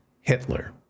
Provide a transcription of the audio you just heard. hitler